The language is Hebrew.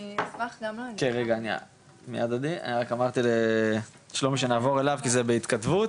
כן, רק אמרתי לשלומי שנעבור אליו, כי זה בהתכתבות,